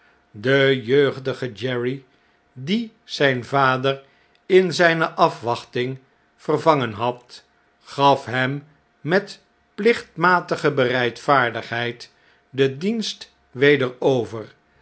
de jeugdige jerry die zijn vader in zijne afwachting vervangen had gaf hem met plichtmatige bereidvaardigheid den dienst wederover en